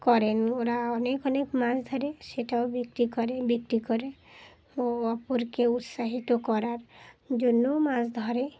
করেন ওরা অনেক অনেক মাছ ধরে সেটাও বিক্রি করে বিক্রি করে ও অপরকে উৎসাহিত করার জন্যও মাছ ধরে